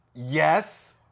Yes